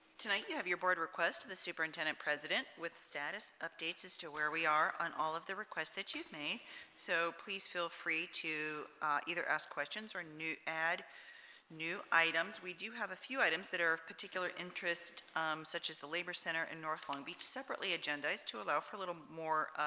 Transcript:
tonight you have your board request to the superintendent president with status updates as to where we are on all of the requests that you've made so please feel free to either ask questions or new add new items we do have a few items that are particular interest such as the labor center in north long beach separately agenda is to allow for a little more